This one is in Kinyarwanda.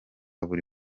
buri